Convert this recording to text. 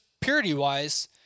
purity-wise